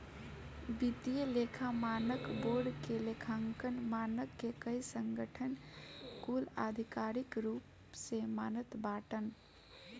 वित्तीय लेखा मानक बोर्ड के लेखांकन मानक के कई संगठन कुल आधिकारिक रूप से मानत बाटन